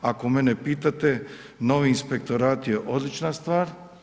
Ako mene pitate, novi inspektorat je odlična stvar.